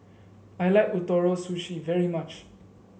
I like Ootoro Sushi very much